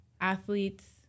athletes